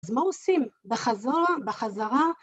אז מה עושים? בחזרה... בחזרה...